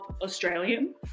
Australian